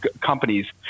companies